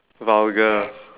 vulgar